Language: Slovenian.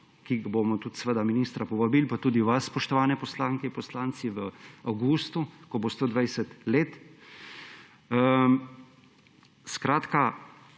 kamor bomo tudi ministra povabili pa tudi vas, spoštovani poslanke in poslanci, v avgustu, ko bo 120 let. Veliko